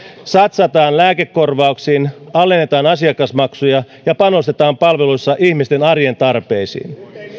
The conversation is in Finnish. satsataan lääkekorvauksiin alennetaan asiakasmaksuja ja panostetaan palveluissa ihmisten arjen tarpeisiin